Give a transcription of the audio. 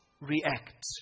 react